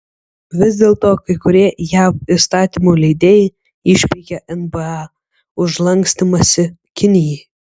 vis dėlto kai kurie jav įstatymų leidėjai išpeikė nba už lankstymąsi kinijai